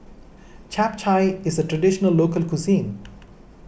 Chap Chai is a Traditional Local Cuisine